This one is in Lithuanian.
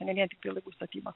ne vien tik laivų statyba